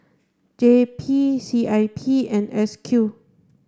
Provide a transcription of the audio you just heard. J P C I P and S Q